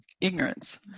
ignorance